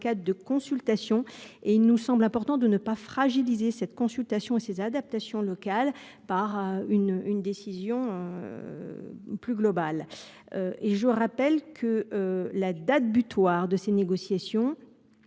cadre de consultations. Il nous semble important de ne pas fragiliser cette consultation et ces adaptations locales par une décision plus globale. Je rappelle que, dans le cadre du bouclier